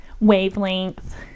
wavelength